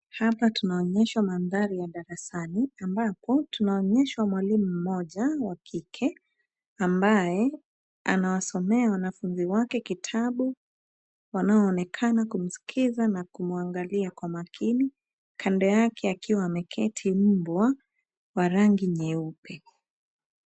Hapa tunaonyeshwa mandhari ya darasani ambapo tunaonyeshwa mwalimu mmoja wa kike ambaye anawasomea wanafunzi wake kitabu. Wanaonekana kumskiza na kumwangalia kwa makini. Kando yake akiwa ameketi mbwa wa rangi nyeupe.